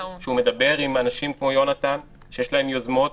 שמדבר עם אנשים כמו יונתן שיש להם יוזמות